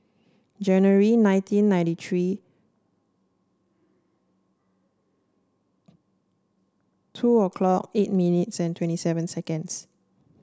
January nineteen ninety three two o'clock eight minutes and twenty seven seconds